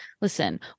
listen